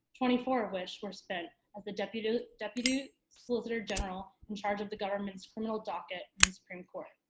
twenty four of which were spent as the deputy deputy solicitor general in charge of the government's criminal docket in the supreme court.